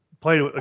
played